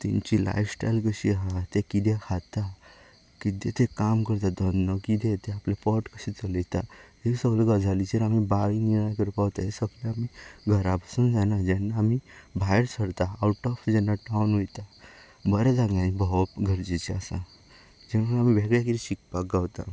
तांची lifestyle कितें आसा ते किते खाता किते ते काम करता धंदो कितें ते आपले पोट कशें चलयता ह्या गजालीचे बायींग जेन्ना करपा वता आमी घरा बसून जायना जेन्ना आमी भायर सरता आवट ऑफ टावन जेन्ना आमी वयता बऱ्या जाग्यानी भोंवप गरजेचे आसा जेन्ना आमकां वेगळें कितें शिकपाक गावता